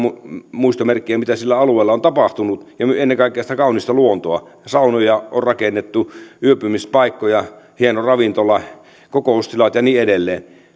muistomerkkejä mitä sillä alueella on tapahtunut ja ennen kaikkea sitä kaunista luontoa ja saunoja on rakennettu yöpymispaikkoja hieno ravintola kokoustilat ja niin edelleen